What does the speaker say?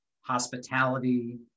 hospitality